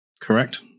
correct